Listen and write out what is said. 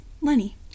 Lenny